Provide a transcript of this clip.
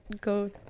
go